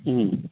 ꯎꯝ